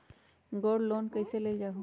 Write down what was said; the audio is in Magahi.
गोल्ड लोन कईसे लेल जाहु?